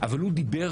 אבל הוא דיבר